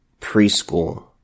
preschool